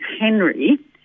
Henry